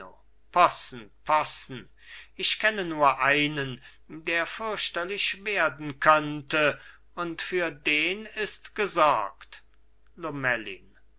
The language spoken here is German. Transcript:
possen possen ich kenne nur einen der fürchterlich werden könnte und für den ist gesorgt lomellin